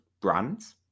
brands